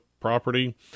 property